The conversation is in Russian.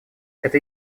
это